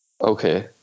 Okay